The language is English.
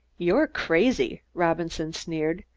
you're crazy, robinson sneered.